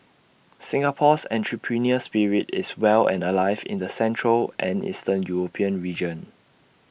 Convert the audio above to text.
Singapore's entrepreneurial spirit is well and alive in the central and eastern european region